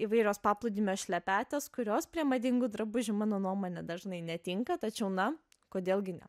įvairios paplūdimio šlepetės kurios prie madingų drabužių mano nuomone dažnai netinka tačiau na kodėl gi ne